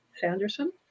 Sanderson